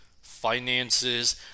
finances